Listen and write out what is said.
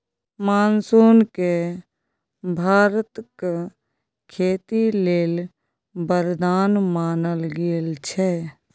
monsoon केँ भारतक खेती लेल बरदान मानल गेल छै